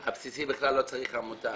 הבסיסי בכלל לא צריך עמותה.